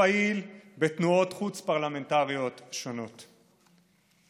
וכפעיל בתנועות חוץ-פרלמנטריות שונות.